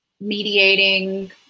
mediating